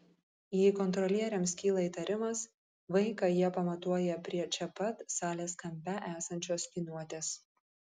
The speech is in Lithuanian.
jei kontrolieriams kyla įtarimas vaiką jie pamatuoja prie čia pat salės kampe esančios liniuotės